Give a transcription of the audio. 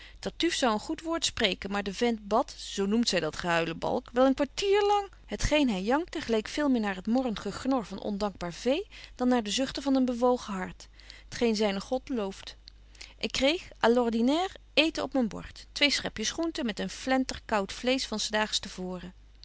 tartuffe zou een goed woord spreken maar de vent badt zo noemen zy dat gehuilebalk wel een kwartier lang het geen hy jankte geleek veel meer naar het morrent gegnor van ondankbaar vee dan naar de zuchten van een bewogen hart t geen zynen god looft ik kreeg à l ordinaire eeten op myn bord twee schepjes groente met een flenter kout vleesch van s daags te voren